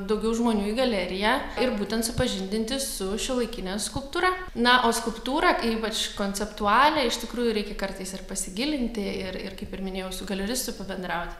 daugiau žmonių į galeriją ir būtent supažindinti su šiuolaikine skulptūra na o skulptūrą ypač konceptualią iš tikrųjų reikia kartais ir pasigilinti ir ir kaip ir minėjau su galeristu pabendraut